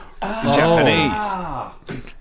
Japanese